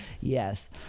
Yes